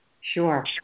Sure